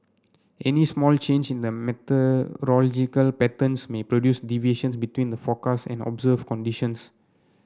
any small change in the meteorological patterns may produce deviations between the forecast and observe conditions